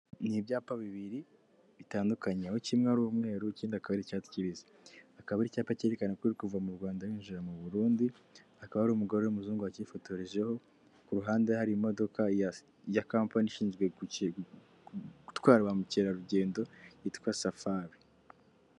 Ni ibyapa bibiri bitandukanye aho kimwe ari umweru ikindi akaba ari icyatsi cyibisi akaba ari icyapa cyerekana ko uri kuva mu Rwanda winjira mu Burundi, hakaba hari umugore w'umuzungu wacyifotorejeho, ku ruhande hari imodoka ya kampani ishinzwe gutwara ba mukerarugendo yitwa Safari.